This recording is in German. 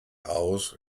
aus